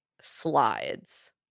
slides